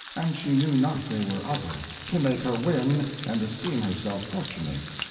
and she knew not they were other, to make her win and esteame herself fortunate.